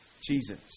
Jesus